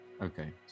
Okay